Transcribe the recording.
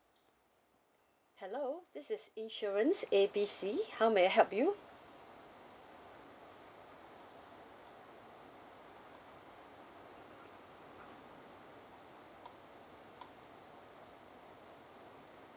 hello this is insurance A B C how may I help you